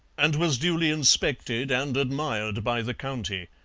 and was duly inspected and admired by the county,